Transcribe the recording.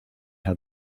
how